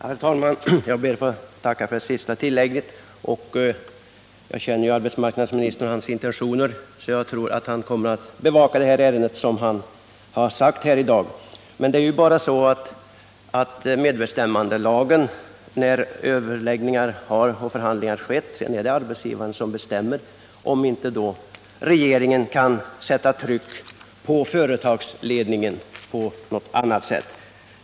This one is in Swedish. Herr talman! Jag ber att få tacka för det sista tillägget. Jag känner arbetsmarknadsministern och hans intentioner, så jag tror att han kommer att bevaka detta ärende så som han i dag har sagt. Låt mig bara påpeka att medbestämmandelagen ger arbetsgivaren rätt att bestämma efter det att förhandlingarna har ägt rum, om inte regeringen på något annat sätt kan sätta tryck på företagsledningen.